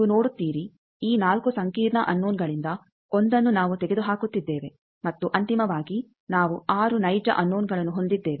ನೀವು ನೋಡುತ್ತೀರಿ ಈ 4 ಸಂಕೀರ್ಣ ಅನ್ನೋನಗಳಿಂದ ಒಂದನ್ನು ನಾವು ತೆಗೆದುಹಾಕುತ್ತಿದ್ದೇವೆ ಮತ್ತು ಅಂತಿಮವಾಗಿ ನಾವು 6 ನೈಜ ಅನ್ನೋನಗಳನ್ನು ಹೊಂದಿದ್ದೇವೆ